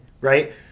right